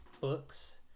books